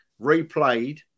replayed